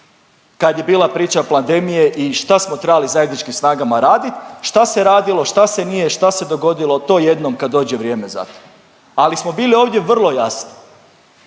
kad je bila priča plandemije i šta smo trebali zajedničkim snagama radit. Šta se radilo, šta se nije, šta se dogodilo, to jednom kad dođe vrijeme za to. Ali smo bili ovdje vrlo jasni.